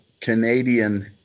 Canadian